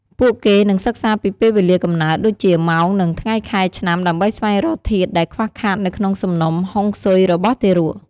ពួកគេនឹងសិក្សាពីពេលវេលាកំណើត ដូចជា ម៉ោង និងថ្ងៃខែឆ្នាំ ដើម្បីស្វែងរកធាតុដែលខ្វះខាតនៅក្នុងសំណុំហុងស៊ុយរបស់ទារក។